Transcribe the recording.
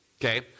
Okay